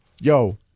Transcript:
Yo